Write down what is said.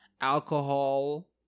alcohol